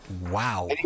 Wow